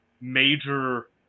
major